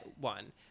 one